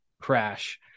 crash